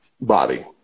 body